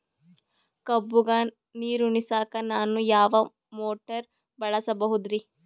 ಕಬ್ಬುಗ ನೀರುಣಿಸಲಕ ನಾನು ಯಾವ ಮೋಟಾರ್ ಬಳಸಬಹುದರಿ?